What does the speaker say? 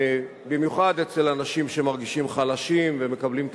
במיוחד אצל אנשים שמרגישים חלשים ומקבלים את